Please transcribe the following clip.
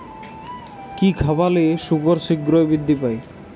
কি খাবালে শুকর শিঘ্রই বৃদ্ধি পায়?